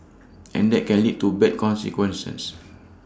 and that can lead to bad consequences